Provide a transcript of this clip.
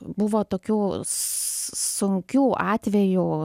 buvo tokių sunkių atvejų